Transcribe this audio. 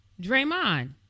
Draymond